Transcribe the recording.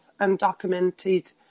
undocumented